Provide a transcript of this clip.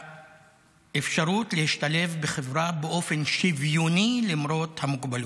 ובאפשרות להשתלב בחברה באופן שוויוני למרות המוגבלות.